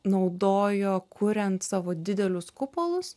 naudojo kuriant savo didelius kupolus